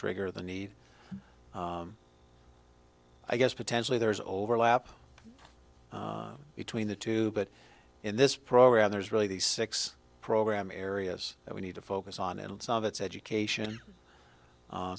trigger the need i guess potentially there's overlap between the two but in this program there's really the six program areas that we need to focus on and some of it's education